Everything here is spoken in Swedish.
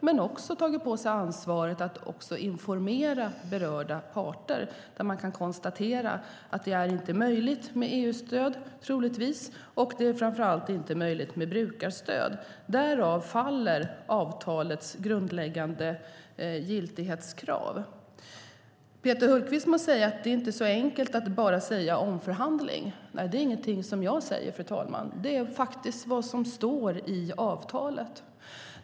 De har också tagit på sig ansvaret att informera och konstatera för berörda parter att det troligtvis inte är möjligt med EU-stöd och framför allt inte möjligt med brukarstöd. Därav faller avtalets grundläggande giltighetskrav. Peter Hultqvist må säga att det inte är så enkelt som att bara säga omförhandling. Nej, det är ingenting som jag säger, fru talman, utan det är faktiskt vad som står i avtalet.